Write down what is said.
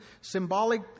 symbolic